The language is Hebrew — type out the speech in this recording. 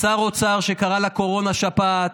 שר אוצר שקרא לקורונה שפעת,